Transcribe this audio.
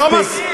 מספיק.